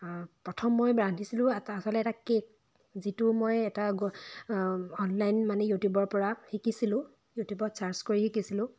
প্ৰথম মই ৰান্ধিছিলোঁ আচলতে এটা কেক যিটো মই এটা গ অনলাইন মানে ইউটিউবৰ পৰা শিকিছিলোঁ ইউটিউবত চাৰ্চ কৰি শিকিছিলোঁ